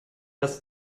das